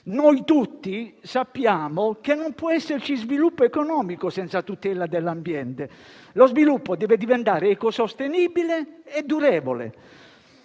tutti sappiamo che non può esserci sviluppo economico senza tutela dell'ambiente, perché esso deve diventare ecosostenibile e durevole.